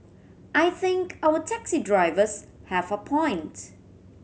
I think our taxi drivers have a point